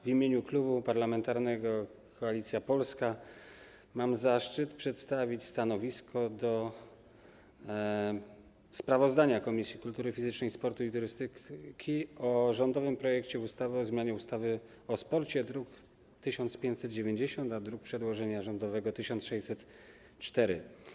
W imieniu Klubu Parlamentarnego Koalicja Polska mam zaszczyt przedstawić stanowisko odnośnie do sprawozdania Komisji Kultury Fizycznej, Sportu i Turystyki o rządowym projekcie ustawy o zmianie ustawy o sporcie, druk nr 1590, a druk przedłożenia rządowego - nr 1604.